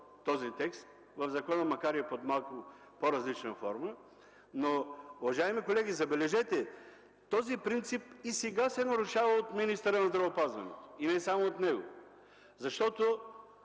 този текст в закона, макар и под малко по-различна форма. Но, уважаеми колеги, забележете, този принцип и сега се нарушава от министъра на здравеопазването и не само от него. Защото